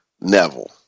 Neville